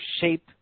shape